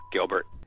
Gilbert